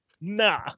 nah